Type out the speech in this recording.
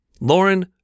Lauren